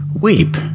weep